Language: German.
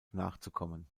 nachzukommen